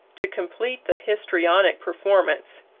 to complete the histrionic performance,